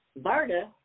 Varda